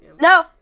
no